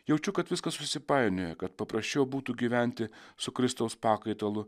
jaučiu kad viskas susipainiojo kad paprasčiau būtų gyventi su kristaus pakaitalu